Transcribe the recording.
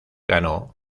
ganó